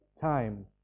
time